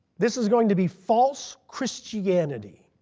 this is going to be false christianity.